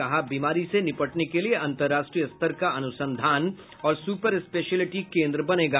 कहा बीमारी से निपटने के लिए अंतर्राष्ट्रीय स्तर का अनुसंधान और सुपर स्पेशयिलिटी केन्द्र बनेगा